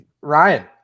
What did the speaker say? Ryan